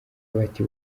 bati